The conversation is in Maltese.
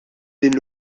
din